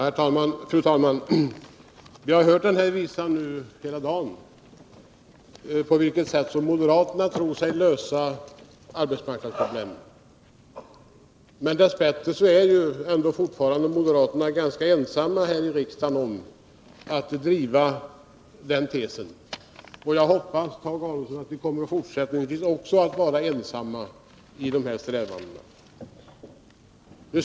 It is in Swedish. Fru talman! Vi har hört den här visan i flera dagar nu, så vi vet på vilket sätt moderaterna tror sig kunna lösa arbetsmarknadsproblemen. Dess bättre är moderaterna fortfarande ganska ensamma i riksdagen om att driva den tesen. Och jag hoppas att ni i fortsättningen också kommer att vara ensamma i dessa strävanden.